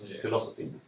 philosophy